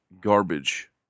garbage